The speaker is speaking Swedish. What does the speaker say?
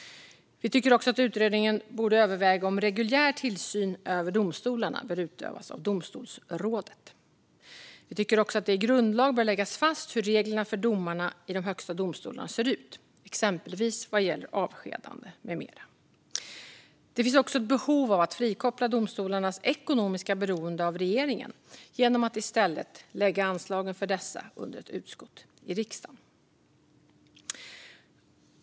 Vi tycker också att utredningen borde överväga om reguljär tillsyn över domstolarna bör utövas av domstolsrådet. Det bör i grundlag läggas fast hur reglerna för domarna i de högsta domstolarna ser ut, exempelvis vad gäller avskedande. Det finns även ett behov av att frikoppla domstolarnas ekonomiska beroende av regeringen genom att i stället lägga anslagen för dessa under ett utskott i riksdagen.